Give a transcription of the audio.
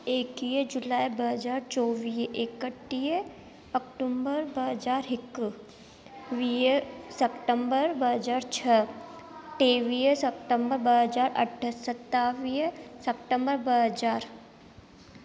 एक्वीह जुलाए ॿ हज़ार चोवीह एकटीह अक्टूम्बर ॿ हज़ार हिकु वीह सेप्टेम्बर ॿ हज़ार छह टेवीह सेप्टेम्बर ॿ हज़ार अठ सतावीह सेप्टेम्बर ॿ हज़ार